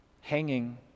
hanging